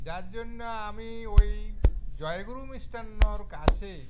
যার জন্য আমি ওই জয়গুরু মিষ্টান্নর কাছে